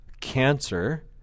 cancer